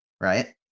right